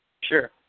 Sure